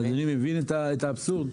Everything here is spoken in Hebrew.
אדוני מבין את האבסורד?